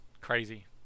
crazy